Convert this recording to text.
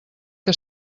que